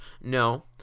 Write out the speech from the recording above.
no